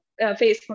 Facebook